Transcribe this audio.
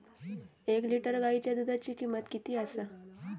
एक लिटर गायीच्या दुधाची किमंत किती आसा?